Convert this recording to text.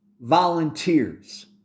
volunteers